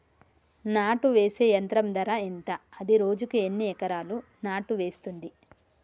నాటు వేసే యంత్రం ధర ఎంత? అది రోజుకు ఎన్ని ఎకరాలు నాటు వేస్తుంది?